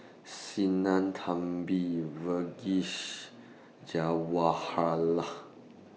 Sinnathamby Verghese Jawaharlal